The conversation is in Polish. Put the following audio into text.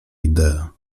idea